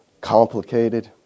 Complicated